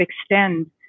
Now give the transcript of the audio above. extend